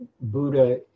Buddha